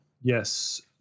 Yes